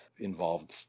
involved